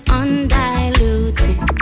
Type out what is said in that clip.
undiluted